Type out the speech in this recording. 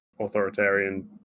authoritarian